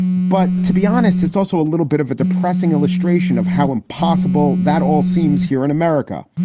but to be honest, it's also a little bit of a depressing illustration of how impossible that all seems here in america.